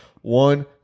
One